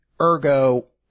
Ergo